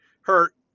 hurt